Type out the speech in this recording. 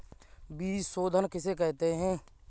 बीज शोधन किसे कहते हैं?